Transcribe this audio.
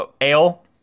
Ale